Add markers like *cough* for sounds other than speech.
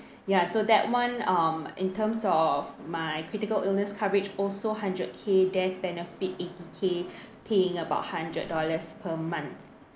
ya so that [one] um in terms of my critical illness coverage also hundred K death benefit eighty K *breath* paying about hundred dollars per month